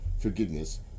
forgiveness